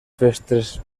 festes